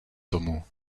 tomu